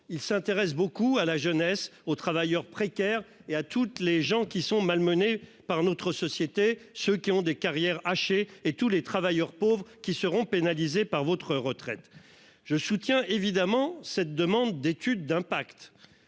il s'intéresse beaucoup à la jeunesse aux travailleurs précaires et à toutes les gens qui sont malmenés par notre société. Ceux qui ont des carrières hachées et tous les travailleurs pauvres qui seront pénalisés par votre retraite je soutiens évidemment cette demande d'étude d'impact.